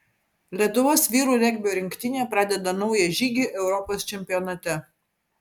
lietuvos vyrų regbio rinktinė pradeda naują žygį europos čempionate